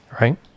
Right